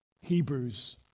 Hebrews